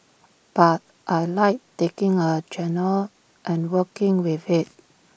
but I Like taking A genre and working with IT